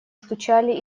стучали